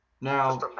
Now